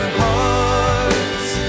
hearts